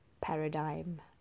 paradigm